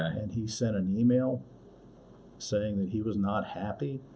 and he sent an email saying that he was not happy,